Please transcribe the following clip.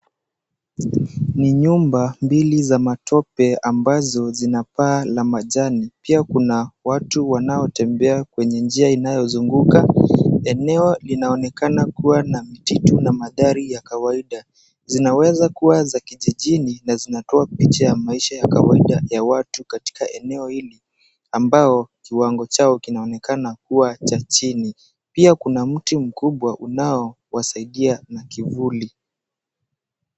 Ni nyumba mbili za matope, ambazo zinapaa la majani. Pia kuna watu wanaotembea kwenye njia inayozunguka. Eneo linaonekana kuwa na misitu na mandhari ya kawaida. Zinaweza kuwa za kijijini na zinatoa picha ya maisha ya kawaida ya watu katika eneo hili, ambao kiwango chao kinaonekana kuwa cha chini. Pia kuna mti mkubwa unaowasaidia na kivuli.